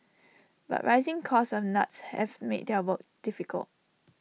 but rising costs of nuts have made their work difficult